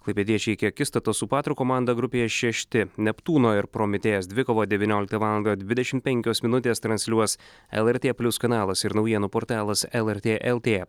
klaipėdiečiai iki akistatos su patro komanda grupėje šešti neptūno ir prometėjas dvikova devynioliktą valandą dvidešim penkios minutės transliuos lrt plius kanalas ir naujienų portalas lrt lt